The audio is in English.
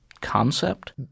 concept